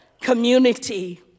community